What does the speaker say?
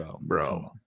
bro